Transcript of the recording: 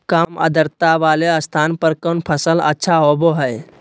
काम आद्रता वाले स्थान पर कौन फसल अच्छा होबो हाई?